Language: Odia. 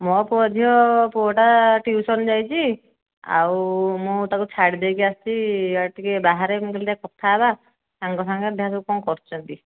ମୋ ପୁଅ ଝିଅ ପୁଅଟା ଟିଉସନ ଯାଇଛି ଆଉ ମୁଁ ତାକୁ ଛାଡ଼ିଦେଇକି ଆସିଛି ଆଉ ଟିକେ ବାହାରେ ମୁଁ କହିଲି ଯାଏ ଟିକେ କଥା ହେବା ସାଙ୍ଗ ସାଙ୍ଗରେ ଦେଖିବା କ'ଣ କରୁଛନ୍ତି